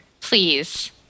please